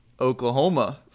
Oklahoma